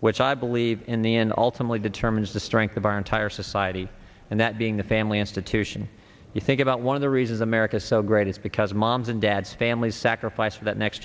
which i believe in the an ultimate determines the strength of our entire society and that being the family institution you think about one of the reasons america so great is because moms and dads families sacrifice for that next